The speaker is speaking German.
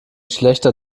schlechter